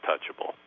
untouchable